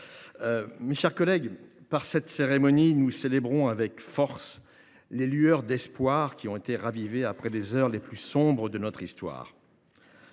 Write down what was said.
j’ai très mal tourné. Par cette cérémonie, nous célébrons avec force les lueurs d’espoir qui ont été ravivées après les heures les plus sombres de notre histoire.